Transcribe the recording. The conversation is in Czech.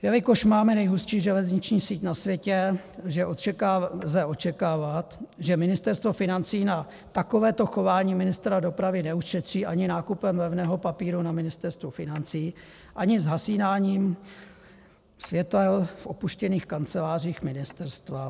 Jelikož máme nejhustší železniční síť na světě, lze očekávat, že Ministerstvo financí na takovéto chování ministra dopravy neušetří ani nákupem levného papíru na Ministerstvu financí ani zhasínáním světel v opuštěných kancelářích ministerstva.